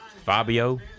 Fabio